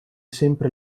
sempre